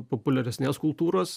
populiaresnės kultūros